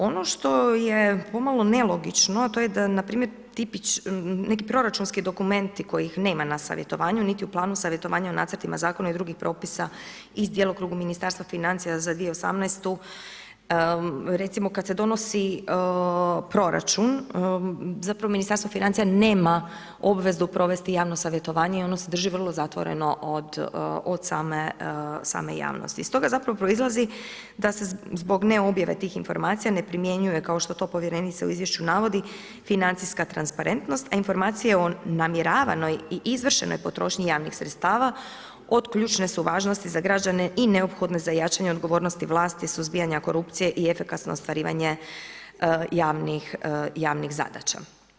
Ono što je pomalo nelogično a to je da npr. neki proračunski dokumenti kojih nema na savjetovanju niti u planu savjetovanja u nacrtima zakona i drugih propisa iz djelokruga Ministarstva financija z 2018., recimo kad se donosi proračun, zapravo Ministarstvo financija nema obvezu provesti javno savjetovanje i ono se drži vrlo zatvoreno od same javnosti, s toga zapravo proizlazi da se zbog ne objave tih informacija ne primjenjuje kao što to povjerenica u izvješću navodi, financija transparentnost a informacije o namjeravanoj i izvršenoj potrošnji javnih sredstava od ključne su važnosti za građane i neophodne za jačanje odgovornosti vlasti i suzbijanje korupcije i efikasno ostvarivanje javnih zadaća.